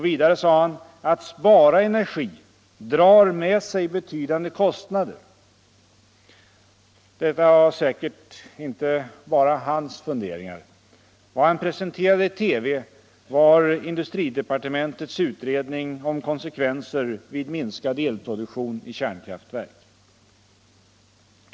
Vidare sade han: ”Att spara energi drar med sig betydande kostnader.” Detta var säkert inte bara hans egna funderingar. Vad han presenterade i TV var industridepartementets utredning om konsekvenser vid minskad elproduktion i kärnkraftverk.